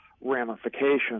ramifications